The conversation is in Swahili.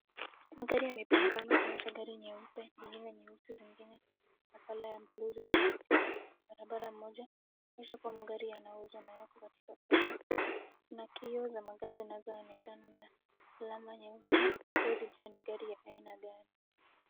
Magari yamepangana kuonyesha gari nyeupe, zingine nyeusi zingine za colour ya buluu zilizo katika barabara moja. Inaonyesha kuwa magari yanauzwa na yako katika soko na kioo za magari zinazoonekana na alama nyeusi, huwezi jua ni gari ya aina gani.